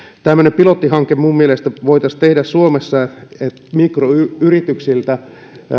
tämmöinen pilottihanke minun mielestäni voitaisiin tehdä suomessa että mikroyrityksiltä